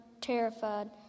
terrified